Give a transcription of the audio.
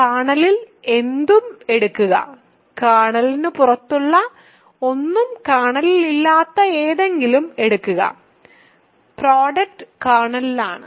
കേർണലിൽ എന്തും എടുക്കുക കേർണലിന് പുറത്തുള്ള ഒന്നും കേർണലിലില്ലാത്ത എന്തെങ്കിലും എടുക്കുക പ്രോഡക്റ്റ് കേർണലിലാണ്